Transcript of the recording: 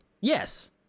Yes